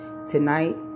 Tonight